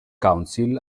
council